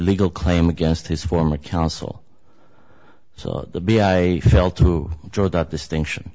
legal claim against his former counsel so the be i felt to draw that distinction